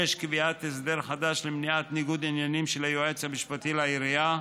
6. קביעת הסדר חדש למניעת ניגוד עניינים של היועץ המשפטי לעירייה,